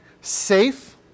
safe